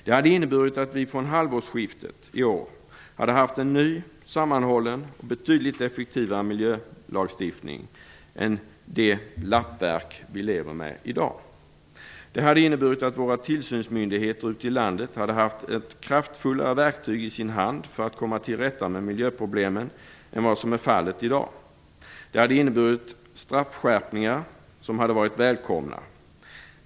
Det hade inneburit att vi från halvårsskiftet i år hade haft en ny, sammanhållen betydligt effektivare miljölagstiftning än det lappverk vi lever med i dag. Det hade inneburit att våra tillsynsmyndigheter ute i landet hade haft ett kraftfullare verktyg i sin hand för att komma till rätta med miljöproblemen än vad som är fallet i dag. Det hade inneburit straffskärpningar som hade varit välkomna.